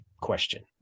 question